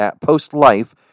post-life